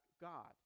God